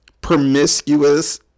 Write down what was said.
promiscuous